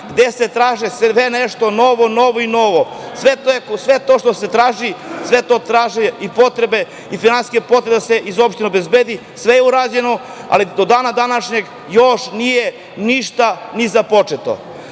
gde se traži sve nešto novo, novo i novo. Sve to što se traži, sve to traži i finansijska sredstva da se iz opštine obezbede, sve je urađeno, ali do dana današnjeg još nije ništa započeto,